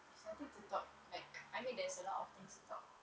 there's nothing to talk like I mean there's a lot of things to talk